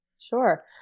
Sure